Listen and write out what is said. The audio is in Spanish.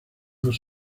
dos